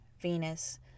venus